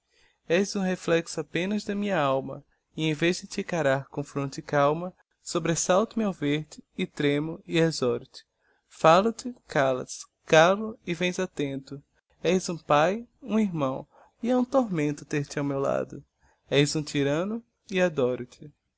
um reflexo apenas da minha alma e em vez de te encarar com fronte calma sobresalto me ao ver-te e tremo e exoro te falo te calas calo e vens attento és um pae um irmão e é um tormento ter te a meu lado és um tyranno e adoro-te com